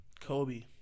Kobe